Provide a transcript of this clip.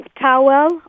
towel